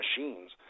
machines